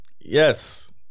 yes